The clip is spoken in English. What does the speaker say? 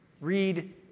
Read